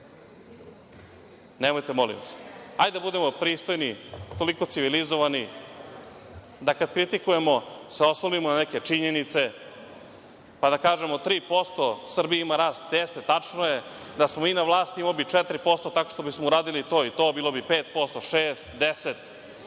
govore. Nemojte molim vas. Hajde da budemo pristojni, toliko civilizovani da kad kritikujemo se oslonimo na neke činjenice, pa da kažemo 3% Srbija ima rast, jeste, tačno je, da smo mi na vlasti imali bi 4%, tačno bismo to uradili to i to, bilo bi 5%, 6%, 10%,